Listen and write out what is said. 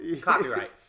Copyright